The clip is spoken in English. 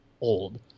old